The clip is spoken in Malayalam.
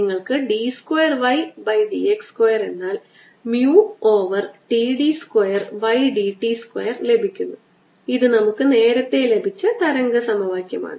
നിങ്ങൾക്ക് ഇത് കൂടുതൽ ശരിയായി എഴുതാൻ താൽപ്പര്യമുണ്ടെങ്കിൽ ഞാൻ r യൂണിറ്റ് വെക്റ്റർ എടുക്കും dot D omega R square ഇത് ശരിക്കും ഇവിടെ ഏരിയയുടെ ചെറിയ ഘടകമാണ്